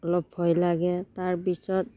অলপ ভয় লাগে তাৰপিছত